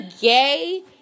gay